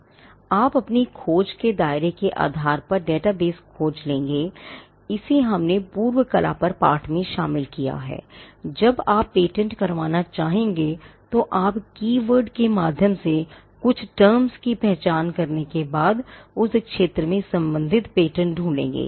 आप अपनी खोज के दायरे के आधार पर डेटाबेस के माध्यम से कुछ terms की पहचान करने के बाद उस क्षेत्र में संबंधित पेटेंट ढूँढेंगे